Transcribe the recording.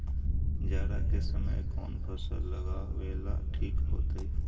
जाड़ा के समय कौन फसल लगावेला ठिक होतइ?